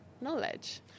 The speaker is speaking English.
knowledge